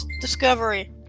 discovery